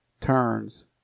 turns